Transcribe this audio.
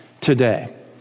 today